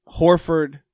Horford